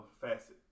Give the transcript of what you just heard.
facet